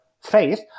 faith